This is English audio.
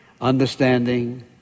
Understanding